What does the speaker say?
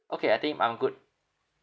okay I think I'm good